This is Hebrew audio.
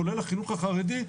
כולל החינוך החרדי,